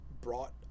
brought